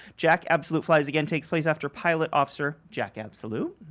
jack absolute flies again takes place after pilot officer jack absolute,